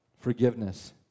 Forgiveness